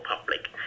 public